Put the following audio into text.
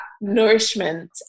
nourishment